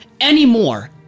anymore